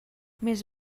més